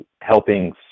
helping